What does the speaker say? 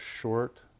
short